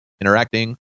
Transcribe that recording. interacting